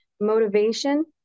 motivation